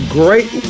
great